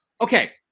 Okay